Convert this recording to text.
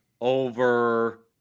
over